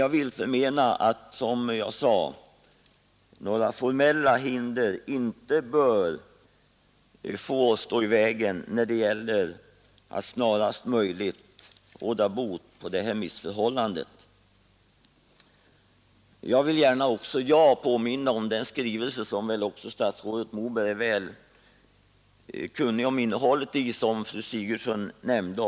Jag vidhåller ändå att några formella hinder inte bör få stå i vägen när det gäller att snarast möjligt råda bot på det här missförhållandet. så jag vill gärna påminna om den skrivelse från rektorerna vid våra folkhögskolor som fru Sigurdsen nämnde.